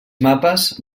mapes